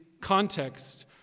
context